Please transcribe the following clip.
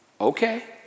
Okay